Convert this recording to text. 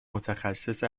متخصص